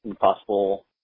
possible